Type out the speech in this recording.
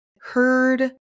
heard